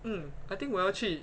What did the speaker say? mm I think 我要去